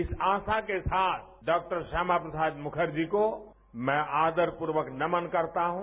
इस आशा के साथ डॉ श्यामा प्रसाद मुखर्जी जी को मैं आदरपूर्वक नमन करता हूं